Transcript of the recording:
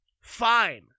Fine